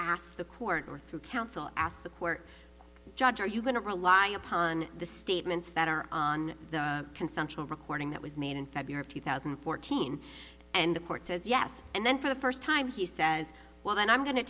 asked the court or through counsel asked the court judge are you going to rely upon the statements that are on the consensual recording that was made in february two thousand and fourteen and the court says yes and then for the first time he says well i'm going to